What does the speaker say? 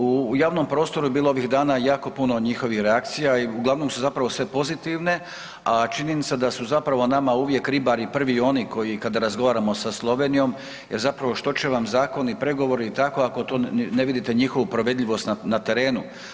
U javnom prostoru je bilo ovih dana jako puno njihovih reakcija i uglavnom su sve pozitivne, a činjenica da su nama uvijek ribari prvi oni koji kada razgovaramo sa Slovenijom jer zapravo što će vam zakoni i pregovori i tako ako ne vidite njihovu provedljivost na terenu.